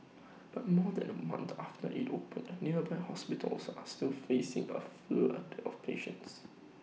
but more than A month after IT opened nearby hospitals are still facing A flood of patients